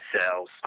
cells